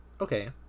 Okay